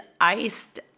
iced